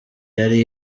yari